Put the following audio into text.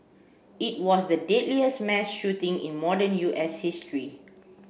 it was the deadliest mass shooting in modern U S history